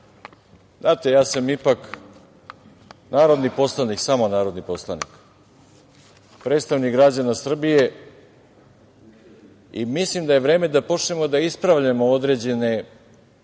Znate, ja sam ipak narodni poslanik, samo narodni poslanik, predstavnik građana Srbije i mislim da je vreme da počnemo da ispravljamo određene,